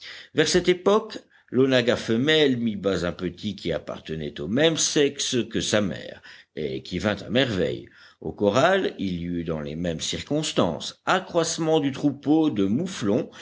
vers cette époque l'onagga femelle mit bas un petit qui appartenait au même sexe que sa mère et qui vint à merveille au corral il y eut dans les mêmes circonstances accroissement du troupeau de mouflons